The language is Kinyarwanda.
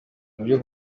mubyo